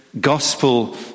gospel